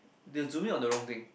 they are zooming on the wrong thing